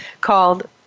called